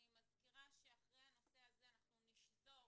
אני מזכירה שאחרי הנושא הזה אנחנו נשזור